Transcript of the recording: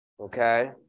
okay